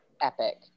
epic